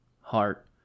heart